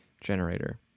generator